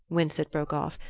winsett broke off,